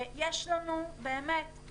יש לנו אלפי,